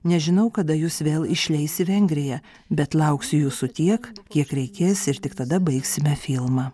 nežinau kada jus vėl išleis į vengriją bet lauksiu jūsų tiek kiek reikės ir tik tada baigsime filmą